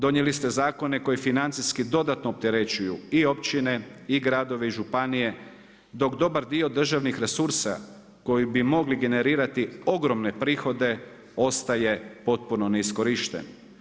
Donijeli ste zakone koji financijski dodatno opterećuju i općine i gradove i županije, dok dobar dio državnih resursa koji bi mogli generirati ogromne prihode ostaje potpuno neiskorišten.